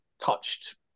touched